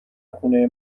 خونه